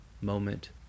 moment